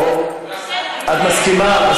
את מסכימה?